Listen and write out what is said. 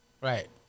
Right